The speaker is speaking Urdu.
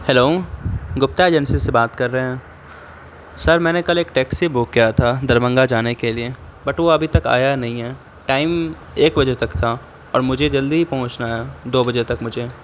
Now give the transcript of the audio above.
ہیلو گپتا ایجنسی سے بات کر رہے ہیں سر میں نے کل ایک ٹیکسی بک کیا تھا دربھنگہ جانے کے لیے بٹ وہ ابھی تک آیا نہیں ہے ٹائم ایک بجے تک تھا اور مجھے جلدی ہی پہنچنا ہے دو بجے تک مجھے